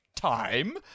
Time